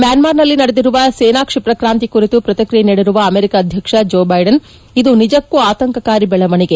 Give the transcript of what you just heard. ಮ್ಯಾನ್ಗಾರ್ನಲ್ಲಿ ನಡೆದಿರುವ ಸೇನಾ ಕ್ಷಿಪ್ರಕ್ರಾಂತಿ ಕುರಿತು ಪ್ರತಿಕ್ರಿಯೆ ನೀಡಿರುವ ಅಮೆರಿಕ ಅಧ್ಯಕ್ಷ ಜೋ ಬೈಡೆನ್ ಇದು ನಿಜಕ್ಕೂ ಆತಂಕಕಾರಿ ಬೆಳವಣಿಗೆ